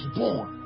born